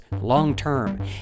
long-term